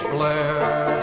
Blair